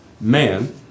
man